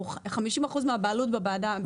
אנחנו חמישים אחוזים מהבעלות בוועדה.